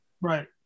Right